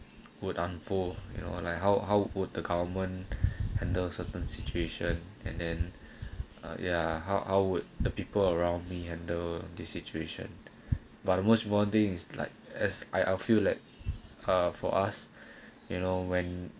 would unfold you know like how how would the government handle certain situation and then ya how how would the people around me handle this situation but most bonding is like as I I feel like for us you know when